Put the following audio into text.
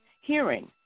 hearing